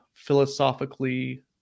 philosophically